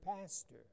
pastor